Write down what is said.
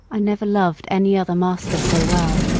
i never loved any other master so well.